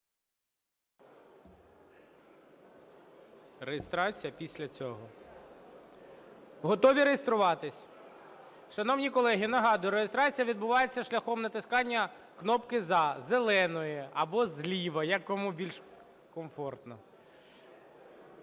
реєстрації. Готові реєструватися? Шановні колеги, нагадую, реєстрація відбувається шляхом натискання кнопки "за" – зеленої, або зліва, як кому більш комфортно.